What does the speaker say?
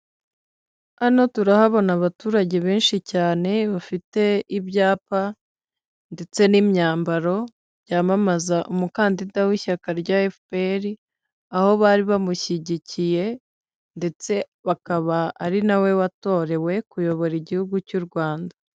Hano turahabona abaturage benshi cyane, bafite ibyapa ndetse n'imyambaro, byamamaza umukandida w'ishyaka rya FPR, aho bari bamushyigikiye ndetse akaba ari na we watorewe kuyobora igihugu cy'u Rwanda.